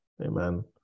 Amen